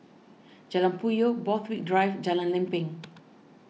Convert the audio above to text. Jalan Puyoh Borthwick Drive Jalan Lempeng